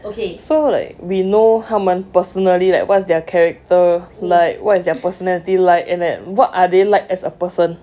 okay so like we know 他们 personally like what's their character like what's their personality like and that what are they like as a person